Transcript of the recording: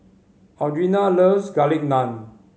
Audrina loves Garlic Naan